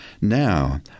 Now